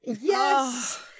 Yes